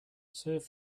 serve